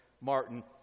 Martin